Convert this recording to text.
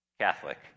Catholic